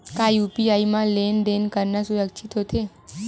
का यू.पी.आई म लेन देन करना सुरक्षित होथे?